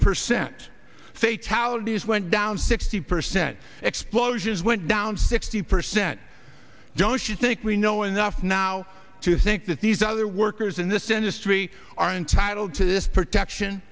percent say tallies went down sixty percent explosions went down sixty percent don't you think we know enough now to think that these other workers in this industry are entitled to this protection